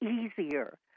easier